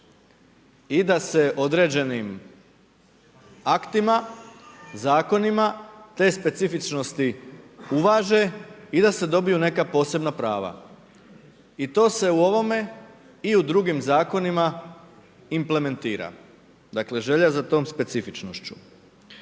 I da se određenim aktima zakonima, te specifičnosti uvaže i da se dobiju neka posebna prava. I to se u ovome i u drugim zakonima implementiram, dakle, želja za tom specifičnosti.